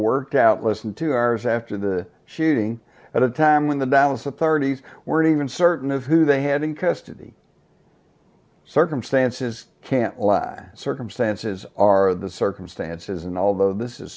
worked out listen to ours after the shooting at a time when the downside thirty's weren't even certain of who they had in custody circumstances can't last circumstances are the circumstances and although this is